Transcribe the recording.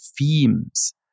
themes